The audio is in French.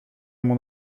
mon